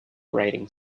writing